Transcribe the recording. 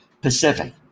Pacific